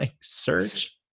search